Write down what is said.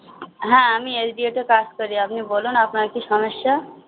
হ্যাঁ আমি S D F তে কাজ করি আপনি বলুন আপনার কী সমস্যা